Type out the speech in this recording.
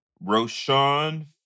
Roshan